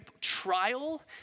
trial